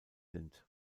sind